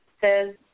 says